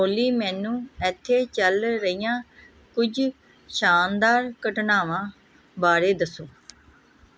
ਓਲੀ ਮੈਨੂੰ ਇੱਥੇ ਚੱਲ ਰਹੀਆਂ ਕੁਝ ਸ਼ਾਨਦਾਰ ਘਟਨਾਵਾਂ ਬਾਰੇ ਦੱਸੋ